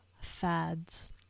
fads